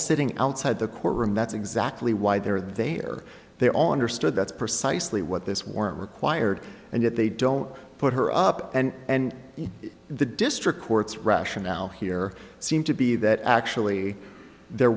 sitting outside the courtroom that's exactly why they are they are they all understood that's precisely what this weren't required and yet they don't put her up and the district courts rationale here seem to be that actually there